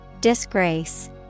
Disgrace